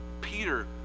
Peter